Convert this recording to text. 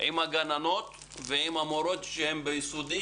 הגננות ועם המורות בבתי הספר היסודיים